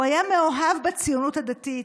הוא היה מאוהב בציונות הדתית,